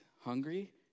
Hungry